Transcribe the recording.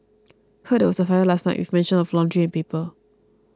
heard there was a fire last night with mention of laundry and paper